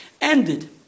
Ended